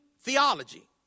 theology